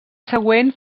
següent